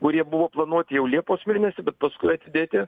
kurie buvo planuoti jau liepos mėnesį bet paskui atidėti